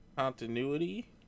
Continuity